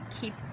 keep